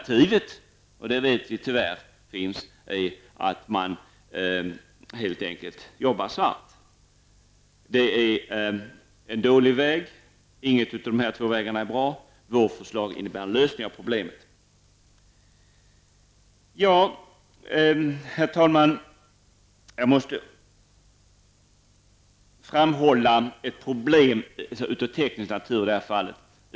Som vi vet är alternativet att man helt enkelt arbetar svart. Det är en dålig väg. Ingen av de två nämnda vägarna är bra. Vårt förslag innebär emellertid en lösning av problemet. Jag måste beröra ett problem av teknisk natur.